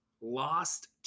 lost